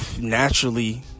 naturally